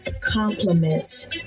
compliments